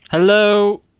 hello